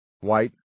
white